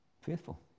Faithful